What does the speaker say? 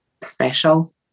Special